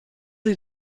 sie